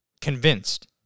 convinced